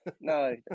No